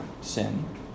sin